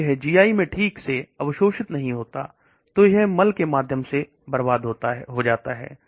यदि G I में ठीक से अवशोषित नहीं होता है हुई है उन के माध्यम से बाहर निकल जाता है